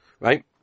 right